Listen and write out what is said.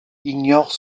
ignorent